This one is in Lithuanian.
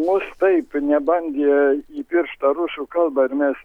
mus taip nebandė įpiršt tą rusų kalbą ir mes